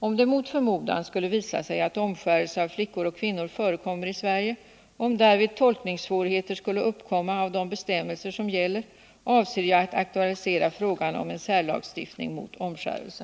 Om det mot förmodan skulle visa sig att omskärelse av flickor eller kvinnor förekommer i Sverige och om därvid svårigheter skulle uppkomma att tolka de bestämmelser som gäller, avser jag att aktualisera frågan om en särlagstiftning mot omskärelse.